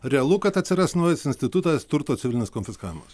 realu kad atsiras naujas institutas turto civilinis konfiskavimas